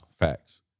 Facts